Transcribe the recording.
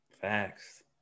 Facts